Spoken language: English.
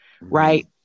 right